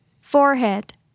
Forehead